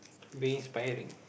be inspiring